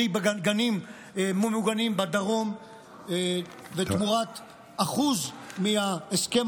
בלי גנים ממוגנים בדרום ותמורת אחוז מההסכם